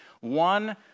one